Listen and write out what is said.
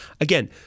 Again